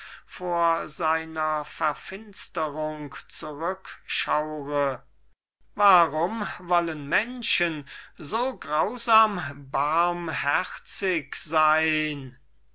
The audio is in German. vor seiner verfinsterung zurückschaure warum wollen menschen so grausam barmherzig sein